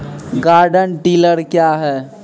Garden tiller क्या हैं?